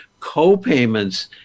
Copayments